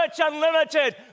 Unlimited